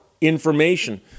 information